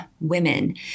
women